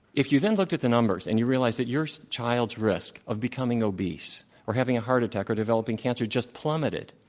if you then looked at the numbers and you realized that your child's risk of becoming obese or having a heart attack or developing cancer just plummeted,